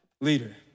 leader